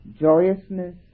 joyousness